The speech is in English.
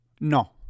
No